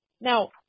Now